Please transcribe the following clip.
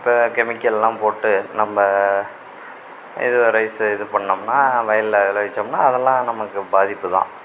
இப்போ கெமிக்கலெலாம் போட்டு நம்ம இது ரைஸு இது பண்ணிணோம்னா வயலில் விளைவிச்சோம்னா அதெலாம் நமக்கு பாதிப்புதான்